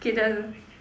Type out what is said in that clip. K